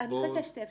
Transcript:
אז אולי זה הפתרון.